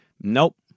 Nope